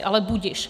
Ale budiž.